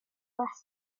last